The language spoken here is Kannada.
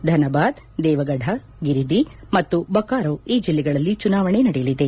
ಧನಬಾದ್ ದೇವಗಢ ಗಿರಿದಿ ಮತ್ತು ಬೊಕಾರೊ ಈ ಜಿಲ್ಲೆಗಳಲ್ಲಿ ಚುನಾವಣೆ ನಡೆಯಲಿದೆ